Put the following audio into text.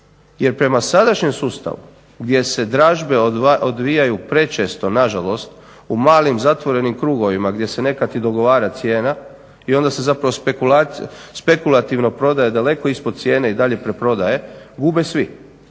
Jer prema sadašnjem sustavu gdje se dražbe odvijaju prečesto, na žalost u malim zatvorenim krugovima gdje se nekad i dogovara cijena i onda se zapravo špekulativno prodaje daleko ispod cijene i dalje preprodaje gube svi.